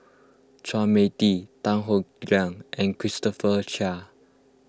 Chua Mia Tee Tan Howe Liang and Christopher Chia